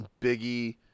Biggie